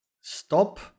Stop